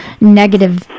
negative